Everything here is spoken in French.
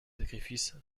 sacrifices